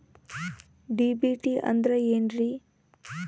DBT ಅಂದ್ರ ಏನ್ರಿ?